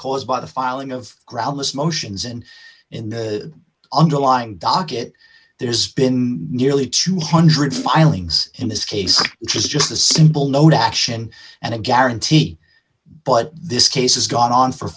caused by the filing of groundless motions and in the underlying docket there's been nearly two hundred filings in this case which is just a simple no to action and a guarantee but this case has gone on for